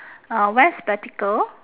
uh wear spectacle